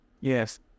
Yes